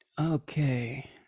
okay